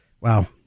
Wow